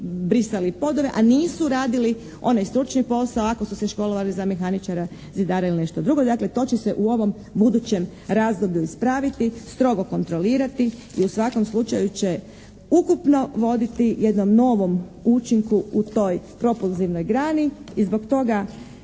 brisali podove, a nisu radili onaj stručni posao ako su se školovali za mehaničara, zidara ili nešto drugo. Dakle to će se u ovom budućem razdoblju ispraviti, strogo kontrolirati i u svakom slučaju će ukupno voditi jednom novom učinku u toj propolzivnoj grani. I zbog toga